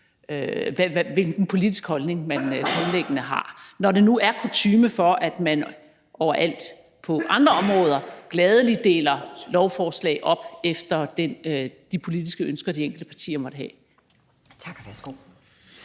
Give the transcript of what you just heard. hvilken politisk holdning man grundlæggende har, når det nu er kutyme, at man overalt på andre områder gladelig deler lovforslag op efter de politiske ønsker, som de enkelte partier måtte have. Kl.